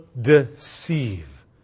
deceive